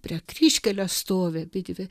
prie kryžkelės stovi abidvi